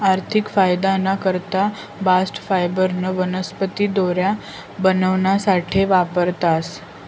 आर्थिक फायदाना करता बास्ट फायबरन्या वनस्पती दोऱ्या बनावासाठे वापरतास